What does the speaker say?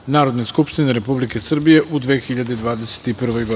Narodne skupštine Republike Srbije u 2021. godini. Pre